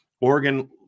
Oregon